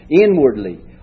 inwardly